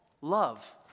love